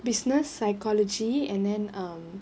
business psychology and then um